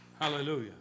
Hallelujah